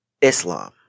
Islam